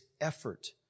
effort